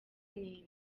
n’indi